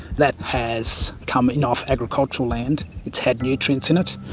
that has come in off agricultural land, it's had nutrients in it.